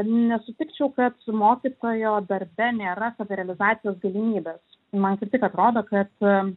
nesutikčiau kad su mokytojo darbe nėra savirealizacijos galimybės man kaip tik atrodo kad